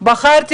בחרתי